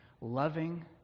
loving